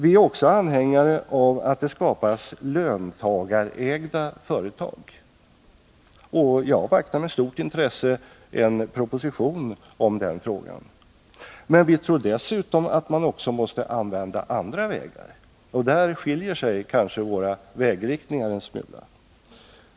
Vi är också anhängare av att det skapas löntagarägda företag. Jag avvaktar med stort intresse en proposition om den frågan. Vi tror att man dessutom måste använda andra vägar, och där skiljer sig kanske våra vägriktningar en smula.